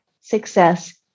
success